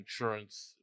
insurance